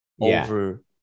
over